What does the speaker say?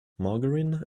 margarine